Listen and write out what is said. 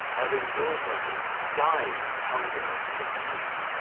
having no money, dying of hunger and fatigue,